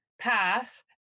path